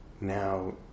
now